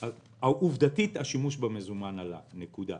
עובדתית השימוש במזומן עלה, נקודה.